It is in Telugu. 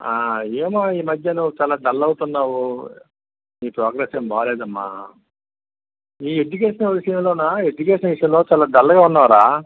ఆ ఏమో ఈ మధ్య నువ్వు చాలా డల్ అవుతున్నావు నీ ప్రోగ్రెస్ ఏం బాగాలేదమ్మా నీ ఎడ్యుకేషన్ విషయంలోన ఎడ్యుకేషన్ విషయంలో చాలా డల్లు గా ఉవున్నావురా